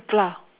flour